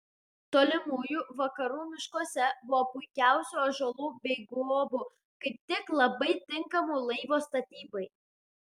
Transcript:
tolimųjų vakarų miškuose buvo puikiausių ąžuolų bei guobų kaip tik labai tinkamų laivo statybai